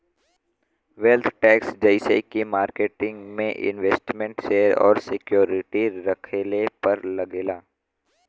wealth tax जइसे की market में इन्वेस्टमेन्ट शेयर और सिक्योरिटी रखले पर लगेला